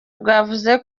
bwavuze